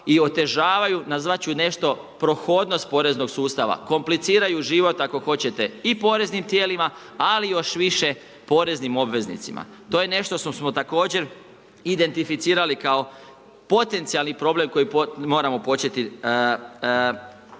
i otežavaju, nazvati ću nešto prohodnost poreznog sustava, kompliciraju život ako hoćete i poreznim tijelima ali još više poreznim obveznicima. To je nešto što smo također identificirali kao potencijalni problem koji moramo početi rješavati.